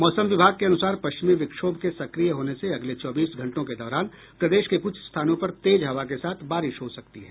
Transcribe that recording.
मौसम विभाग के अनुसार पश्चिमी विक्षोभ के सक्रिय होने से अगले चौबीस घंटों के दौरान प्रदेश के कुछ स्थानों पर तेज हवा के साथ बारिश हो सकती है